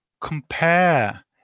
compare